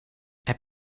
heb